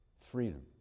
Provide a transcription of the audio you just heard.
freedom